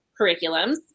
curriculums